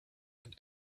and